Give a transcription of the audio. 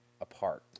apart